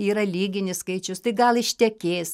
yra lyginis skaičius tai gal ištekės